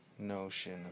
notion